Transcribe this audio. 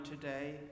today